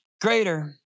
greater